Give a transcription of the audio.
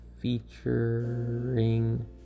featuring